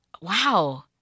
Wow